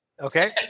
okay